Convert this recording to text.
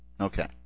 Okay